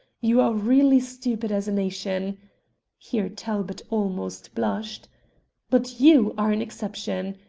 you are really stupid as a nation here talbot almost blushed but you are an exception.